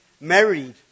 married